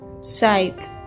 site